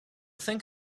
think